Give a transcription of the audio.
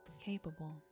capable